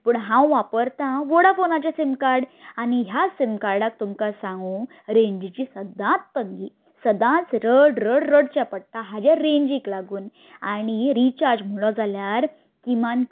पूण हांव वापरता वॉडाफोनाचें सिम कार्ड आनी ह्या सिम कार्डाक तुमकां सांगू रेंजीची सदांच तंगी सदांच रड रड रडचें पडटा हाचे रेंजीक लागून आनी रिचार्ज म्हणलो जाल्यार किमान